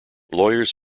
lawyers